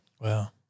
Wow